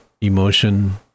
emotion